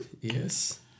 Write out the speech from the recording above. Yes